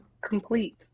Complete